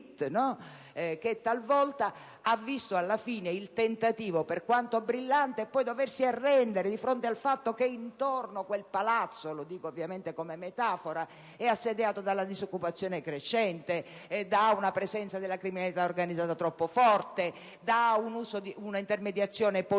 che talvolta ha visto i vari tentativi, per quanto brillanti, doversi alla fine arrendere di fronte al fatto che quel "palazzo" - lo dico ovviamente come metafora - era assediato da una disoccupazione crescente, da una presenza della criminalità organizzata troppo forte, da una intermediazione politica